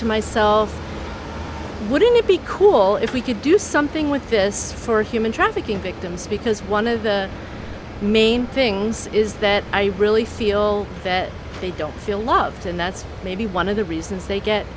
to myself wouldn't it be cool if we could do something with this for human trafficking victims because one of the main things is that i really feel that they don't feel loved and that's maybe one of the reasons they get